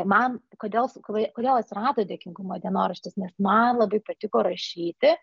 man kodėl kodėl atsirado dėkingumo dienoraštis nes man labai patiko rašyti